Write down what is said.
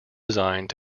designed